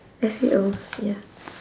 that's it oh ya